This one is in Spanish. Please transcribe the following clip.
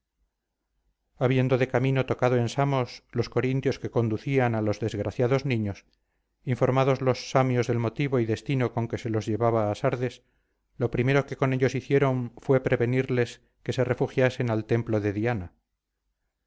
habiendo de camino tocado en samos los corintios que conducían a los desgraciados niños informados los samios del motivo y destino con que se los llevaba a sardes lo primero que con ellos hicieron fue prevenirles que se refugiasen al templo de diana